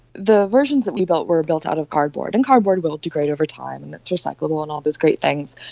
the version that we built were built out of cardboard, and cardboard will degrade over time and it's recyclable and all those great things,